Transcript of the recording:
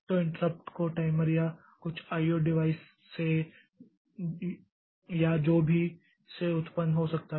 तो इंट्रप्ट को टाइमर या शायद कुछ IO डिवाइस से या जो भी से उत्पन्न हो सकता है